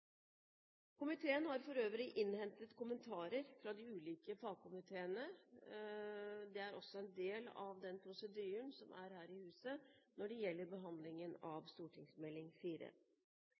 Komiteen har for øvrig innhentet kommentarer fra de ulike fagkomiteene. Det er også en del av den prosedyren som er her i huset når det gjelder behandlingen av